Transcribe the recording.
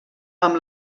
amb